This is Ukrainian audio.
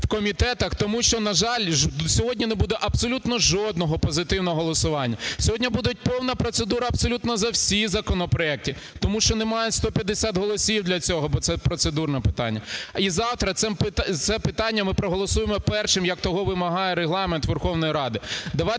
в комітетах. Тому що, на жаль, сьогодні не буде абсолютно жодного позитивного голосування. Сьогодні буде повна процедура абсолютно за всі законопроекти, тому що немає 150 голосів для цього, бо це процедурне питання. І завтра це питання ми проголосуємо першим, як того вимагає Регламент Верховної Ради.